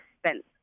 spent